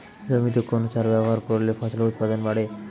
জমিতে কোন সার ব্যবহার করলে ফসলের উৎপাদন বাড়ে?